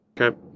Okay